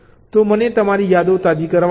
તો મને તમારી યાદો તાજી કરવા દો